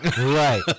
right